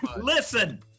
Listen